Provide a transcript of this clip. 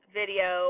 video